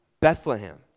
Bethlehem